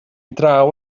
draw